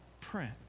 print